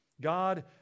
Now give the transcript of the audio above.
God